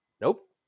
nope